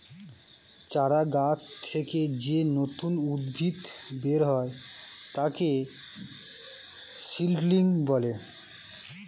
চারা গাছ থেকে যেই নতুন উদ্ভিদ বেরোয় তাকে সিডলিং বলে